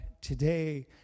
today